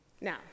Now